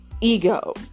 ego